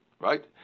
Right